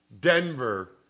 Denver